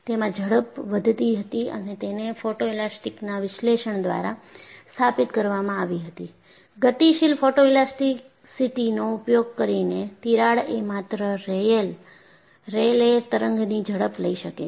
તેમાં ઝડપ વધતી હતી અને તેને ફોટોએલાસ્ટિકના વિશ્લેષણ દ્વારા સ્થાપિત કરવામાં આવી હતી ગતિશીલ ફોટોઈલાસ્ટીસીટીનો ઉપયોગ કરીને તિરાડ એ માત્ર રેયલે તરંગની ઝડપ લઈ શકે છે